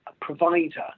provider